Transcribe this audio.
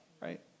right